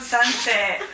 Sunset